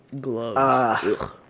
Gloves